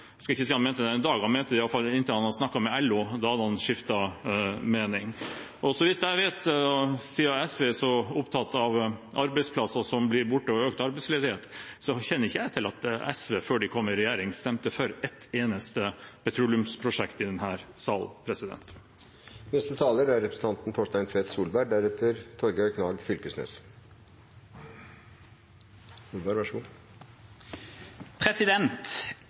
han hadde snakket med LO, da hadde han skiftet mening. Siden SV er så opptatt av arbeidsplasser som blir borte, og økt arbeidsløshet: Jeg kjenner ikke til at SV før de kom i regjering stemte for ett eneste petroleumsprosjekt i denne salen. Representanten Trellevik spurte i sitt første innlegg om vår budsjettering, og det er